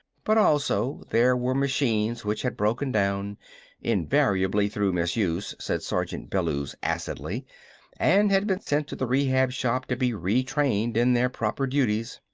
but also there were machines which had broken down invariably through misuse, said sergeant bellews acidly and had been sent to the rehab shop to be re-trained in their proper duties.